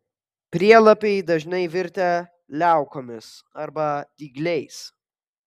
prielapiai dažnai virtę liaukomis arba dygliais